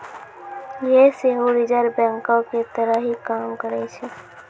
यें सेहो रिजर्व बैंको के तहत ही काम करै छै